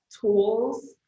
tools